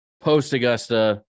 post-Augusta